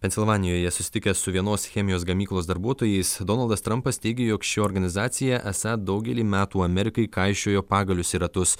pensilvanijoje susitikęs su vienos chemijos gamyklos darbuotojais donaldas trampas teigė jog ši organizacija esą daugelį metų amerikai kaišiojo pagalius į ratus